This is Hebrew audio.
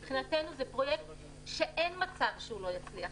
מבחינתנו זה פרויקט שאין מצב שהוא לא יצליח.